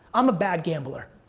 i'm a bad gambler.